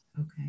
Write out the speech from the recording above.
okay